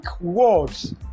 words